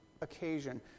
occasion